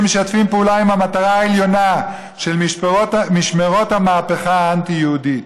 שמשתפים פעולה עם המטרה העליונה של משמרות המהפכה האנטי-יהודית.